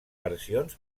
versions